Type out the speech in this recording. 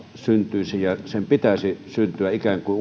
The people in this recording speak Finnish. syntyisi ja siitä pitäisi syntyä ikään kuin